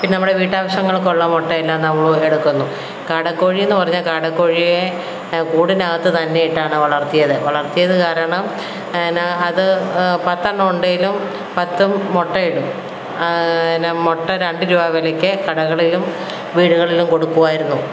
പിന്നെ നമ്മുടെ വീട്ടാവശ്യങ്ങൾക്കുള്ള മുട്ടയെല്ലാം നമ്മളെടുക്കുന്നു കാടക്കോഴീന്ന് പറഞ്ഞാല് കാടക്കോഴിയെ കൂടിനകത്ത് തന്നെയിട്ടാണ് വളർത്തിയത് വളർത്തിയത് കാരണം എന്നാല് അത് പത്തെണ്ണം ഉണ്ടേലും പത്തും മുട്ടയിടും പിന്നെ മുട്ട രണ്ട് രൂപാ വിലയ്ക്കു കടകളിലും വീടുകളിലും കൊടുക്കുമായിരുന്നു